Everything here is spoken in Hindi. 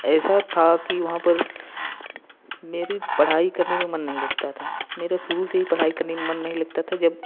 ऐसा था कि वहाँ पर मेरी पढ़ाई करने में मन नहीं लगता था मेरा शुरू से ही पढ़ाई करने में मन नहीं लगता था जब